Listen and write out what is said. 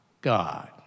God